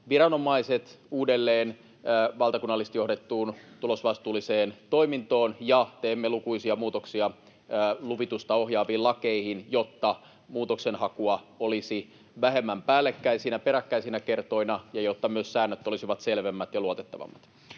valvontaviranomaiset uudelleen valtakunnallisesti johdettuun tulosvastuulliseen toimintoon ja teemme lukuisia muutoksia luvitusta ohjaaviin lakeihin, jotta muutoksenhakua olisi vähemmän päällekkäisinä, peräkkäisinä kertoina ja jotta myös säännöt olisivat selvemmät ja luotettavammat.